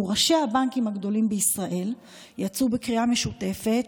ראשי הבנקים הגדולים בישראל יצאו בקריאה משותפת,